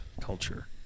culture